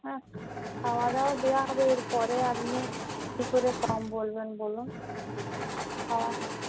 হ্যাঁ খাওয়া দাওয়া দেওয়া হবে এরপরে আপনি কী করে কম বলবেন বলুন খাওয়া